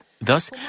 Thus